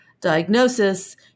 diagnosis